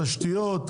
התשתיות,